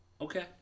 Okay